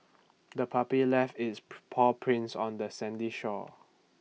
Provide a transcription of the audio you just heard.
the puppy left its paw prints on the sandy shore